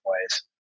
ways